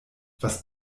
was